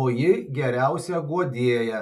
o ji geriausia guodėja